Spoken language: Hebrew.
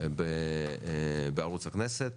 בערוץ הכנסת